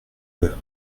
peu